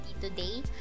today